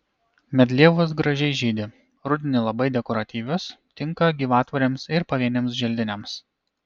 medlievos gražiai žydi rudenį labai dekoratyvios tinka gyvatvorėms ir pavieniams želdiniams